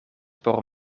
por